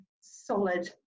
solid